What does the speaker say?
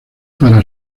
para